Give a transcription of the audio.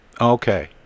Okay